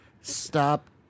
Stop